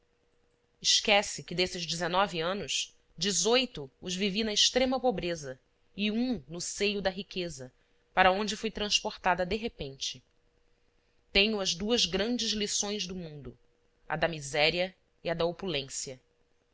esquece que desses dezenove anos dezoito os vivi na extrema pobreza e um no seio da riqueza para onde fui transportada de repente tenho as duas grandes lições do mundo a da miséria e a da